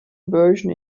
version